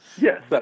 Yes